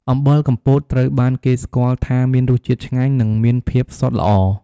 អំបិលកំពតត្រូវបានគេស្គាល់ថាមានរសជាតិឆ្ងាញ់ និងមានភាពសុទ្ធល្អ។